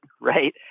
right